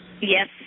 Yes